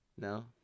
no